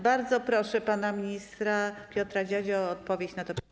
Bardzo proszę pana ministra Piotra Dziadzię o odpowiedź na to pytanie.